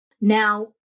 Now